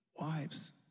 Wives